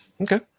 Okay